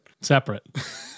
Separate